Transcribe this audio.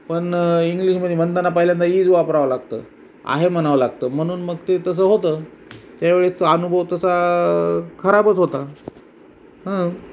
पण इंग्लिशमध्ये म्हणताना पाहिल्यांदा ईज वापरावं लागतं आहे म्हणावं लागतं म्हणून मग ते तसं होतं त्यावेळेस तो अनुभव तसा खराबच होता हं